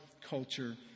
culture